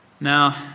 Now